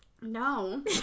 No